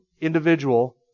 individual